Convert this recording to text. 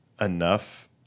enough